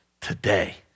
today